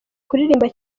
kuririmba